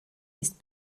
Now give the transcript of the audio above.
ist